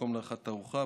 מקום לעריכת תערוכה,